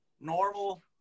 normal